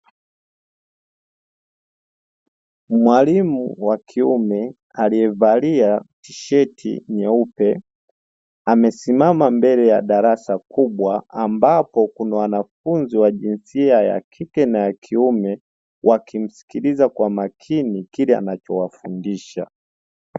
Mwalimu wa kiume aliyevalia tisheti nyeupe, amesimama mbele ya darasa kubwa, ambapo kuna wanfunzi wa jinsia ya kike na ya kiume wakimsikiliza kwa makini kile anacho wafundisha.